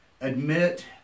admit